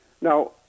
Now